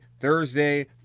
Thursday